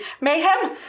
Mayhem